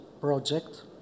project